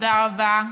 תודה רבה.